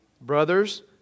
Brothers